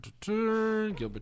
gilbert